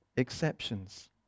exceptions